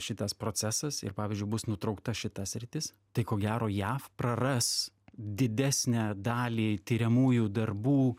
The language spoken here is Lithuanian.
šitas procesas ir pavyzdžiui bus nutraukta šita sritis tai ko gero jav praras didesnę dalį tiriamųjų darbų